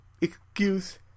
excuse